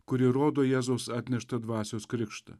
kuri rodo jėzaus atneštą dvasios krikštą